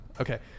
Okay